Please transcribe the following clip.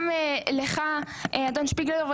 גם לך אדון שפיגלר,